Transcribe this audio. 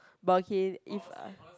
but okay if